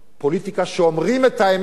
פוליטיקה שאומרים בה את האמת,